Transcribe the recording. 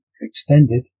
extended